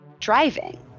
driving